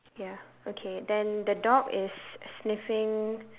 ya okay then the dog is sniffing